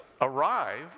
arrive